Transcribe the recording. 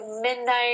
midnight